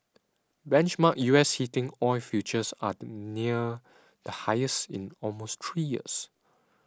benchmark U S heating oil futures are near the highest in almost three years